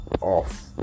Off